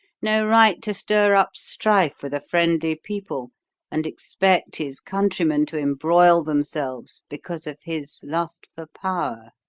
no right to stir up strife with a friendly people and expect his countrymen to embroil themselves because of his lust for power.